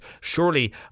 Surely